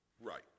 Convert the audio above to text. Right